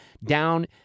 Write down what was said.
down